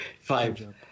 five